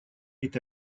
est